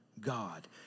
God